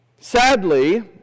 Sadly